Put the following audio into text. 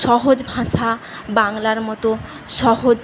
সহজ ভাষা বাংলার মতো সহজ